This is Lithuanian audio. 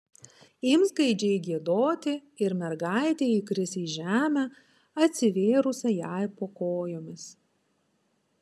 ims gaidžiai giedoti ir mergaitė įkris į žemę atsivėrusią jai po kojomis